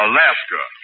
Alaska